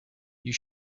you